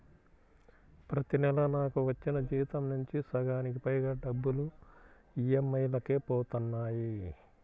ప్రతి నెలా నాకు వచ్చిన జీతం నుంచి సగానికి పైగా డబ్బులు ఈ.ఎం.ఐ లకే పోతన్నాయి